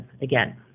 Again